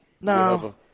No